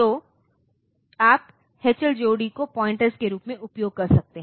तो आप H L जोड़ी को पॉइंटर्स के रूप में उपयोग कर सकते हैं